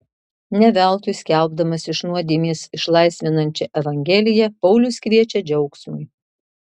ne veltui skelbdamas iš nuodėmės išlaisvinančią evangeliją paulius kviečia džiaugsmui